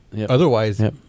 otherwise